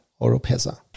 Oropesa